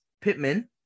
Pittman